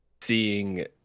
seeing